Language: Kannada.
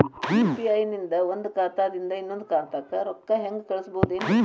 ಯು.ಪಿ.ಐ ನಿಂದ ಒಂದ್ ಖಾತಾದಿಂದ ಇನ್ನೊಂದು ಖಾತಾಕ್ಕ ರೊಕ್ಕ ಹೆಂಗ್ ಕಳಸ್ಬೋದೇನ್ರಿ?